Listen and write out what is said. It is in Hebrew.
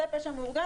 זה פשע מאורגן,